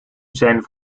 zijn